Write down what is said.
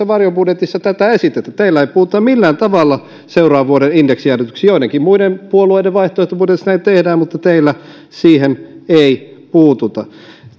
varjobudjetissa tätä esitetä teillä ei puututa millään tavalla seuraavan vuoden indeksijäädytyksiin joidenkin muiden puolueiden vaihtoehtobudjetissa näin tehdään mutta teillä siihen ei puututa